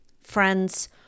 friends